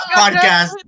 podcast